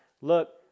look